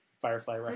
Firefly